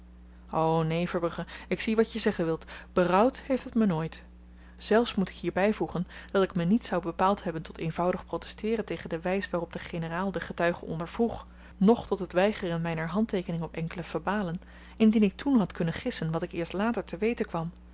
o neen verbrugge ik zie wat je zeggen wilt berouwd heeft het me nooit zelfs moet ik hierby voegen dat ik me niet zou bepaald hebben tot eenvoudig protesteeren tegen de wys waarop de generaal de getuigen ondervroeg noch tot het weigeren myner handteekening op enkele verbalen indien ik toen had kunnen gissen wat ik eerst later te weten kwam